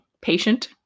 patient